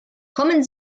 kommen